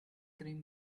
cream